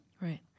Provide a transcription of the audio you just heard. Right